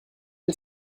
est